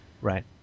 Right